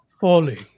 Falling